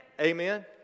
Amen